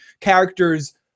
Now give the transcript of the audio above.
characters